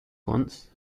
once